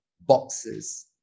boxes